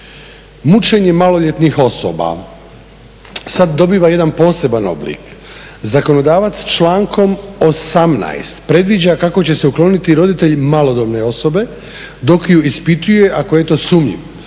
Mućenje maloljetnih osoba sad dobiva jedan poseban oblik. Zakonodavac člankom 18. predviđa kako će se ukloniti roditelji malodobne osobe dok ju ispituje ako je to sumnjiv,